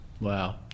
Wow